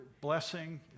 blessing